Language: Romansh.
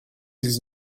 ils